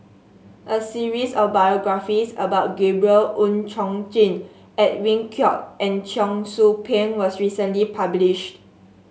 a series of biographies about Gabriel Oon Chong Jin Edwin Koek and Cheong Soo Pieng was recently published